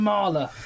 Marla